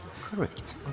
Correct